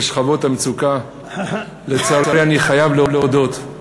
של שכבות המצוקה, לצערי, אני חייב להודות: